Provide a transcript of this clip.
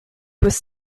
was